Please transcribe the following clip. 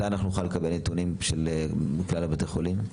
מתי נוכל לקבל נתונים מכלל בתי החולים?